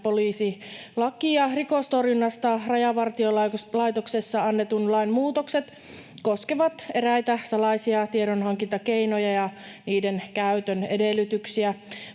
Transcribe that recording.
poliisilakia. Rikostorjunnasta Rajavartiolaitoksessa annetun lain muutokset koskevat eräitä salaisia tiedonhankintakeinoja ja niiden käytön edellytyksiä.